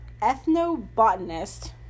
ethnobotanist